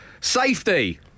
Safety